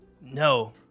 No